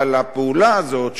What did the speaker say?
אבל הפעולה הזאת,